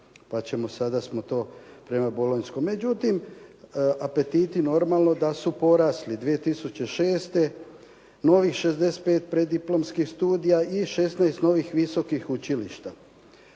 pa ćemo sada smo to prema Bolonjskom. Međutim, apetiti normalno da su porasli. 2006. novih prediplomiskih studija i 16 novih visokih učilišta.